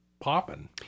popping